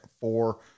four